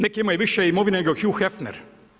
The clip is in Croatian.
Neki imaju više imovine nego Hugo Hefner.